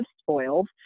Spoiled